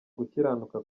gukiranuka